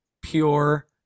pure